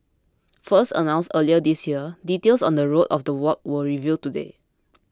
first announced earlier this year details on the route of the walk were revealed today